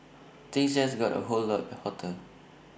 things just got A whole lot hotter